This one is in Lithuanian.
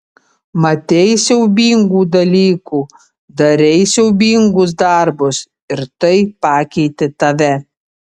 matei siaubingų dalykų darei siaubingus darbus ir tai pakeitė tave